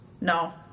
no